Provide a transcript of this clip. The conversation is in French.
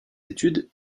études